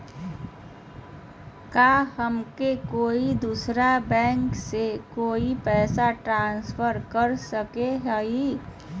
का हम कोई दूसर बैंक से कोई के पैसे ट्रांसफर कर सको हियै?